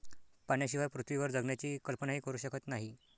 पाण्याशिवाय पृथ्वीवर जगण्याची कल्पनाही करू शकत नाही